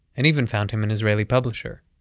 and even found him an israeli publisher.